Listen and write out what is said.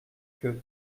que